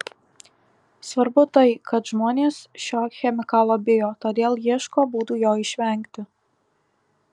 svarbu tai kad žmonės šio chemikalo bijo todėl ieško būdų jo išvengti